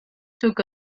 took